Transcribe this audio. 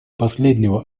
последнего